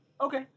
Okay